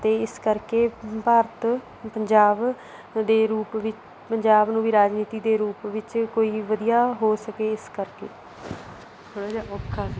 ਅਤੇ ਇਸ ਕਰਕੇ ਭਾਰਤ ਪੰਜਾਬ ਦੇ ਰੂਪ ਵਿ ਪੰਜਾਬ ਨੂੰ ਵੀ ਰਾਜਨੀਤੀ ਦੇ ਰੂਪ ਵਿੱਚ ਕੋਈ ਵਧੀਆ ਹੋ ਸਕੇ ਇਸ ਕਰਕੇ ਥੋੜ੍ਹਾਂ ਜਿਹਾ ਔਖਾ ਸੀ